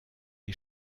est